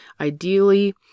Ideally